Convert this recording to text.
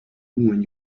when